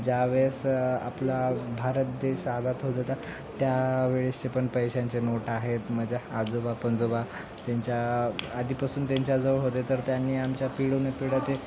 ज्यावेळेस आपला भारत देश आझाद होत होता त्यावेळेसचे पण पैशांचे नोट आहेत माझ्या आजोबा पणजोबा त्यांच्या आधीपासून त्यांच्याजवळ होते तर त्यांनी आमच्या पिढ्यानपिढ्या ते